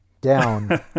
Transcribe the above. down